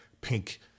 pink